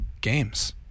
games